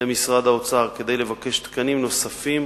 אל משרד האוצר כדי לבקש תקנים נוספים